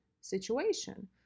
situation